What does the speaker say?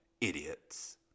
Idiots